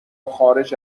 خارج